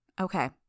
Okay